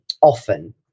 often